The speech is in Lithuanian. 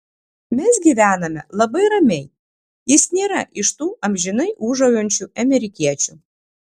mes gyvename labai ramiai jis nėra iš tų amžinai ūžaujančių amerikiečių